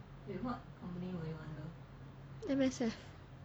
M_S_F